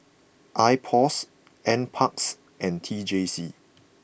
Ipos N Parks and T J C